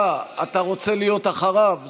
אה, אתה רוצה להיות אחריו?